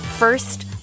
First